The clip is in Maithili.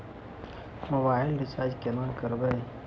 मोबाइल रिचार्ज केना करबै?